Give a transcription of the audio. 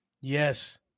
Yes